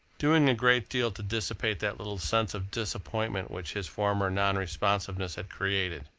doing a great deal to dissipate that little sense of disappointment which his former non-responsiveness had created.